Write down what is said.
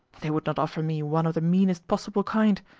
they would not offer me one of the meanest possible kind.